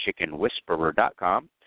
chickenwhisperer.com